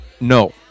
No